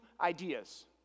ideas